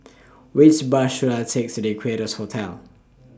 Which Bus should I Take to Equarius Hotel